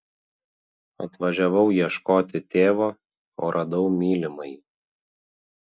atvažiavau ieškoti tėvo o radau mylimąjį